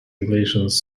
relations